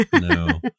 no